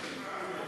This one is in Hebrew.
39 בעד,